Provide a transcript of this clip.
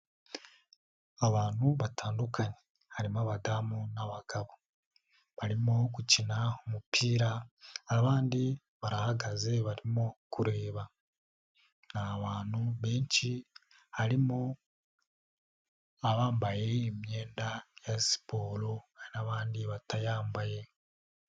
Abantu batandukanye, harimo abadamu n'abagabo, barimo gukina umupira, abandi barahagaze barimo kureba, ni abantu benshi, harimo abambaye imyenda ya siporo, n'abandi batayambaye.